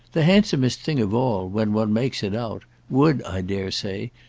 the handsomest thing of all, when one makes it out, would, i dare say,